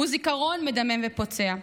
הוא זיכרון מדמם ופוצע.